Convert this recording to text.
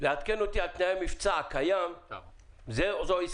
לעדכן אותי על תנאי המבצע הקיים זו עוד לא